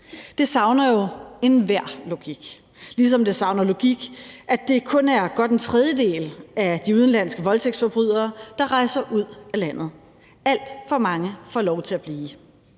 Det savner jo enhver logik, ligesom det savner logik, at det kun er godt en tredjedel af de udenlandske voldtægtsforbrydere, der rejser ud af landet. Alt for mange får lov til at blive.